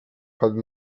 padł